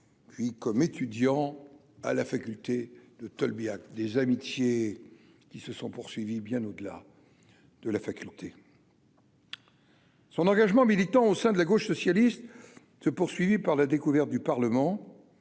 Puis comme étudiant à la faculté de Tolbiac, des amitiés qui se sont poursuivies, bien au-delà de la faculté. Son engagement militant au sein de la gauche socialiste s'est poursuivi par la découverte du Parlement